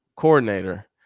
coordinator